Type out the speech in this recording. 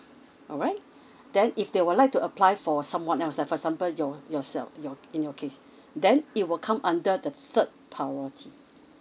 alright then if they would like to apply for someone else like for example your yourself your in your case then it will come under the third priority